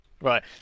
right